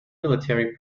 military